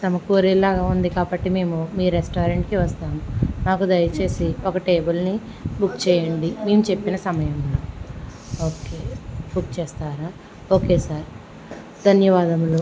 సమకూరేలాగా ఉంది కాబట్టి మేము మీ రెస్టారెంట్కి వస్తాము మాకు దయచేసి ఒక టేబుల్ని బుక్ చేయండి నేను చెప్పిన సమయంలో ఓకే బుక్ చేస్తారా ఓకే సార్ ధన్యవాదములు